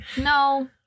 No